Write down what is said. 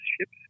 ships